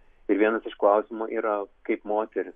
ir vienas iš klausimų yra kaip moterys